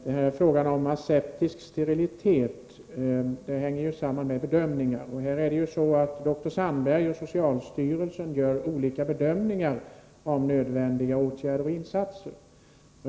Herr talman! Frågan om aseptisk sterilitet hänger samman med bedömningar, och dr Sandberg och socialstyrelsen gör här olika bedömningar om nödvändiga åtgärder och insatser.